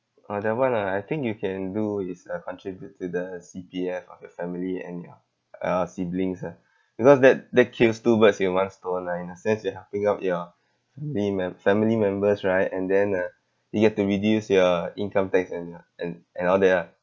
oh that one ah I think you can do is uh contribute to the C_P_F of your family and your uh siblings ah you know that that kills two birds in one stone ah in a sense you're helping out your mean mem~ family members right and then uh you get to reduce your income tax and ya and and all that ah